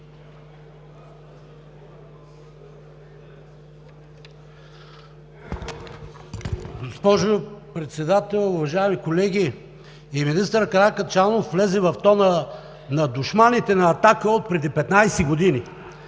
Госпожо Председател, уважаеми колеги! И министър Каракачанов влезе в тона на душманите на „Атака“ отпреди 15 години,